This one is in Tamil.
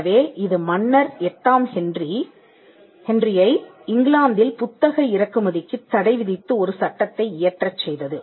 எனவே இது மன்னர் எட்டாம் ஹென்றிஐ இங்கிலாந்தில் புத்தக இறக்குமதிக்குத் தடை விதித்து ஒரு சட்டத்தை இயற்றச் செய்தது